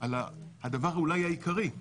על הדבר אולי העיקרי,